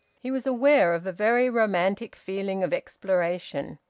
he was aware of a very romantic feeling of exploration.